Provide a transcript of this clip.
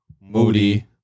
Moody